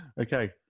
okay